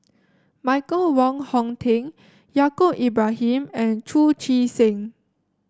Michael Wong Hong Teng Yaacob Ibrahim and Chu Chee Seng